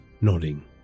nodding